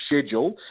schedule